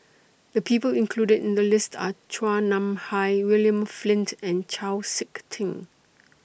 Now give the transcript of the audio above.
The People included in The list Are Chua Nam Hai William Flint and Chau Sik Ting